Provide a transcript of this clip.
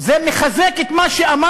זה מחזק את מה שאמרנו,